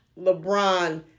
LeBron